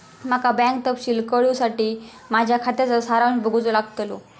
माका बँक तपशील कळूसाठी माझ्या खात्याचा सारांश बघूचो लागतलो